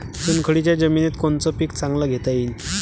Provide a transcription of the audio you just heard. चुनखडीच्या जमीनीत कोनतं पीक चांगलं घेता येईन?